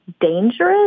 dangerous